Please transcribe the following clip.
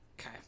Okay